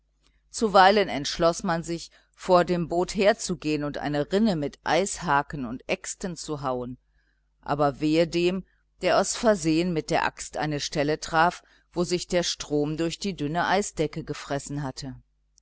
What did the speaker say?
zuweilen entschloß man sich vor dem boot herzugehen und eine rinne mit eishaken und äxten zu hauen aber wehe dem der aus versehen mit der axt eine stelle traf wo sich der strom durch die dünne eisdecke gefressen hatte